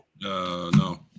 No